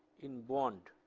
in bond,